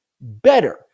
better